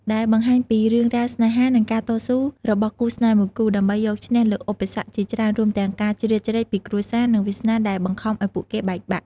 ដែលបង្ហាញពីរឿងរ៉ាវស្នេហា និងការតស៊ូរបស់គូស្នេហ៍មួយគូ ដើម្បីយកឈ្នះលើឧបសគ្គជាច្រើន រួមទាំងការជ្រៀតជ្រែកពីគ្រួសារ និងវាសនាដែលបង្ខំឲ្យពួកគេបែកបាក់។